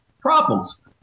problems